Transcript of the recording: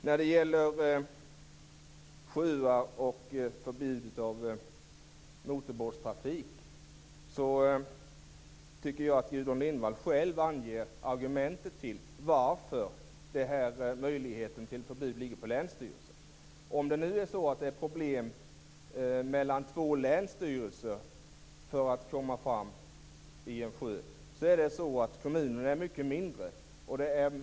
När det gäller sjöar och förbud mot motorbåtstrafik, tycker jag att Gudrun Lindvall själv anger argumentet till varför möjligheten till förbud ligger på länsstyrelsen. Det är här problem mellan två länsstyrelser för att komma fram i en sjö. Kommunerna är ju mycket mindre.